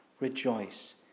rejoice